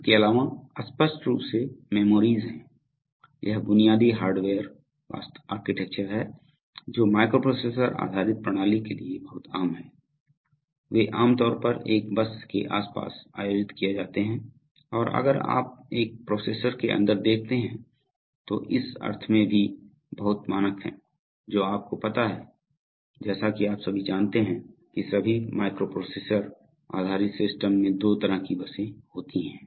इसके अलावा स्पष्ट रूप से मेमोरीज हैं यह बुनियादी हार्डवेयर वास्तुकला है जो माइक्रोप्रोसेसर आधारित प्रणाली के लिए बहुत आम है वे आम तौर पर एक बस के आसपास आयोजित किए जाते हैं और अगर आप एक प्रोसेसर के अंदर देखते हैं तो इस अर्थ में भी बहुत मानक है जो आपको पता है जैसा कि आप सभी जानते हैं कि सभी माइक्रोप्रोसेसर आधारित सिस्टम में दो तरह की बसें होती हैं